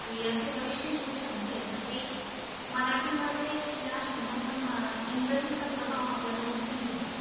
हे असे बरेचसे शे जे शब्द आहे तर ते मराठीमध्ये या शब्दांवर म इंग्रजीचा प्रभाव आपल्याला दिसून येतो